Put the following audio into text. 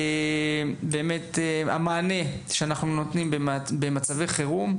אנחנו נותנים מענה במצבי חירום,